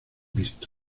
visto